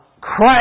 Christ